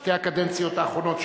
בשתי הקדנציות האחרונות,